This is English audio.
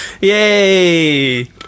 Yay